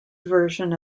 version